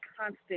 constant